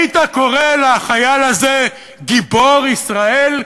היית קורא לחייל הזה גיבור ישראל,